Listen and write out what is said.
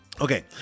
Okay